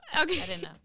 okay